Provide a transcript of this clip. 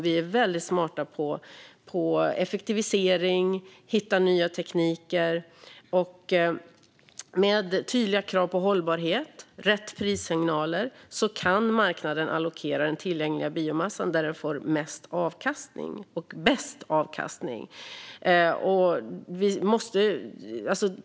Vi är väldigt smarta på effektivisering och att hitta nya tekniker. Med tydliga krav på hållbarhet och rätt prissignaler kan marknaden allokera den tillgängliga biomassan dit där den får mest och bäst avkastning.